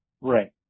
Right